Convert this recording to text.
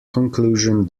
conclusion